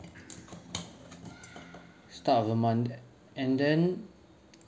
start of the month and then